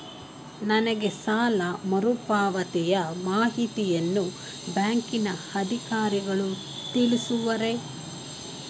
ನನಗೆ ಸಾಲ ಮರುಪಾವತಿಯ ಮಾಹಿತಿಯನ್ನು ಬ್ಯಾಂಕಿನ ಅಧಿಕಾರಿಗಳು ತಿಳಿಸುವರೇ?